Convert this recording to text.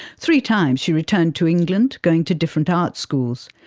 three times she returned to england, going to different art schools.